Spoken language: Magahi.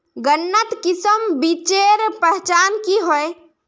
गन्नात किसम बिच्चिर पहचान की होय?